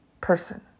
person